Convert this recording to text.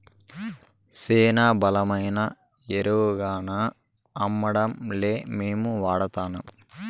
శానా బలమైన ఎరువుగాన్నా అమ్మడంలే మేమే వాడతాన్నం